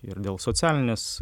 ir dėl socialinės